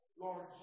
Lord